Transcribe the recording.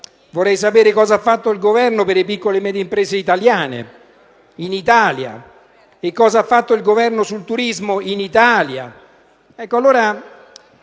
Vorrei però sapere che cosa ha fatto il Governo per le piccole e medie imprese italiane, in Italia; che cosa ha fatto il Governo per il turismo in Italia.